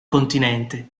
continente